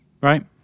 Right